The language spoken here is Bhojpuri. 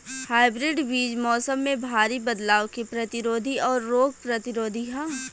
हाइब्रिड बीज मौसम में भारी बदलाव के प्रतिरोधी और रोग प्रतिरोधी ह